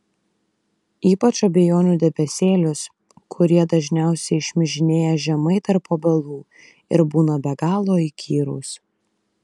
ypač abejonių debesėlius kurie dažniausiai šmižinėja žemai tarp obelų ir būna be galo įkyrūs